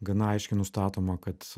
gana aiškiai nustatoma kad